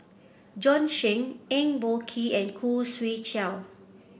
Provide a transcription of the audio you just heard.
Bjorn Shen Eng Boh Kee and Khoo Swee Chiow